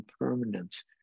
impermanence